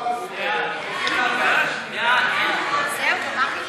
סעיף 42 נתקבל.